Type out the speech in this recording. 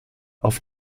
auf